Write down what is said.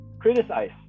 criticize